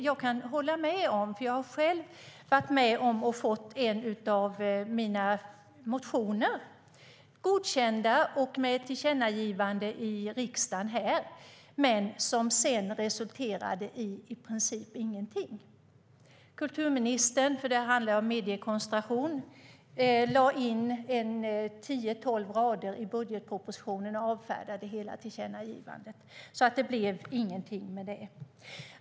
Jag har själv varit med om att få en av mina motioner godkänd med ett tillkännagivande här i riksdagen, men sedan resulterade den i princip inte i någonting. Den handlade om mediekoncentration, och kulturministern lade in tio tolv rader i budgetpropositionen och avfärdade hela tillkännagivandet. Det blev ingenting med det.